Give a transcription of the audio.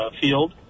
field